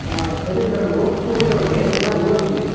ಹಾಂ ಸರಿ madam work ಕೊಡಿ ಅವ್ರಿಗೆ ಚೆನ್ನಾಗಿ ಓದಿಸಿ